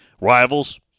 rivals